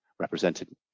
represented